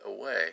away